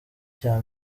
cya